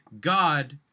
God